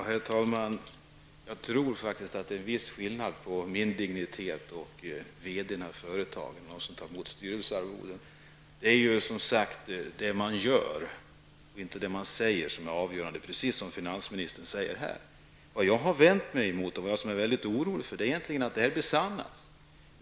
Herr talman! Jag tror faktiskt att det är en viss skillnad på min dignitet och digniteten hos verkställande direktörer som tar emot styrelsearvoden. Det är det som man gör och inte det som man säger som är avgörande, precis som finansministern sade. Vad jag är mycket orolig för är vad som kan besannas.